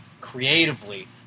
creatively